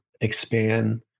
expand